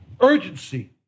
urgency